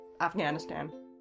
Afghanistan